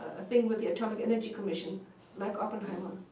a thing with the atomic energy commission like oppenheimer,